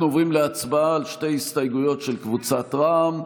אנחנו עוברים להצבעה על שתי הסתייגויות של קבוצת רע"מ.